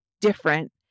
different